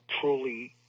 truly